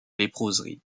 léproserie